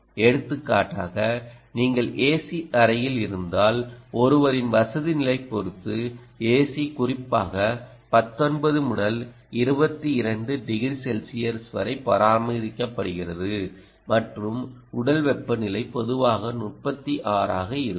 எடுத்துக்காட்டாக நீங்கள் ஏசி அறையில் இருந்தால்ஒருவரின் வசதி நிலை பொறுத்து ஏசி குறிப்பாக 19 முதல் 22 டிகிரி செல்சியஸ் வரை பராமரிக்கப்படுகிறது மற்றும் உடல் வெப்பநிலை பொதுவாக 36 ஆக இருக்கும்